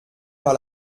par